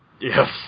Yes